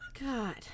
God